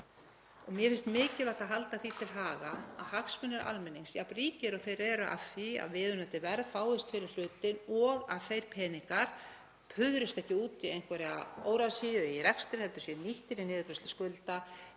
Mér finnst mikilvægt að halda því til haga að hagsmunir almennings, jafn ríkir og þeir eru af því að viðunandi verð fáist fyrir hlutinn og að þeir peningar puðrist ekki út í einhverja óráðsíðu í rekstri heldur séu nýttir í niðurgreiðslu skulda